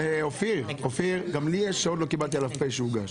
אופיר, גם לי יש, שעוד לא קיבלתי עליו פ', שהוגש.